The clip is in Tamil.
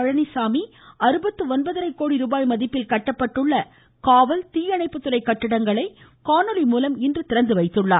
பழனிசாமி அறுபத்து ஒன்பதரை கோடி ரூபாய் மதிப்பில் கட்டப்பட்டுள்ள காவல் தீயணைப்புதுறை கட்டிடங்களை காணொலி மூலம் இன்று திறந்துவைத்தார்